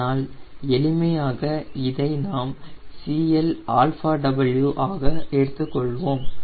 ஆனால் எளிமையாக இதை நாம் CLW ஆக எடுத்துக் கொள்வோம்